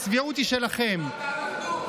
קרעי, זה נאום של אחדות?